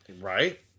right